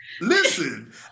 listen